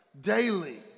Daily